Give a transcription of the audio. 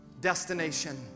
destination